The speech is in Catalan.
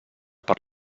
per